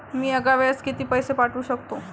मी एका वेळेस किती पैसे पाठवू शकतो?